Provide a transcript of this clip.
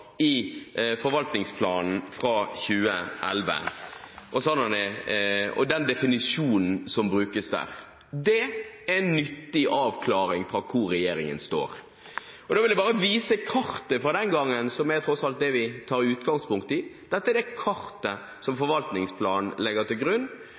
i forvaltningsplanen fra 2011 – den definisjonen som brukes der. Det er en nyttig avklaring av hvor regjeringen står, og da vil jeg bare vise kartet fra den gangen, som tross alt er det vi tok utgangspunkt i. Dette er det kartet som forvaltningsplanen legger til grunn.